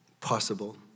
possible